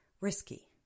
risky